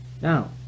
Now